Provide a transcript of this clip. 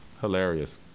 Hilarious